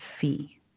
fee